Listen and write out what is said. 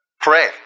Pray